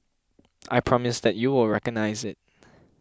I promise that you will recognise it